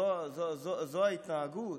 זאת ההתנהגות?